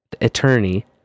attorney